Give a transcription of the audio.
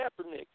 Kaepernick